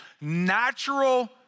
natural